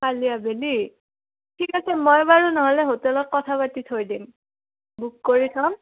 কালি আাবেলি ঠিক আছে মই বাৰু নহ'লে হোটেলত কথা পাতি থৈ দিম বুক কৰি থ'ম